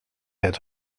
het